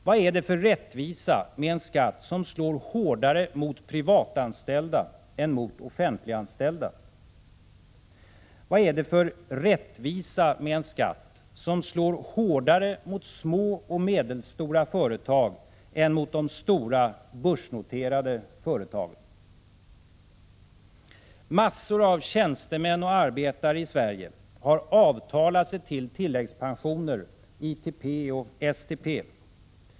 Vad är det för rättvisa med en skatt som slår hårdare mot privatanställda än mot offentliganställda? Vad är det för rättvisa med en skatt som slår hårdare mot små och medelstora företag än mot stora börsnoterade företag? Massor av tjänstemän och arbetare i Sverige har avtalat sig till tilläggspensioner, ITP och STP.